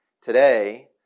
today